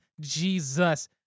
Jesus